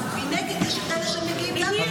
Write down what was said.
אבל מנגד יש כאלה שמגיעים גם בלי תור,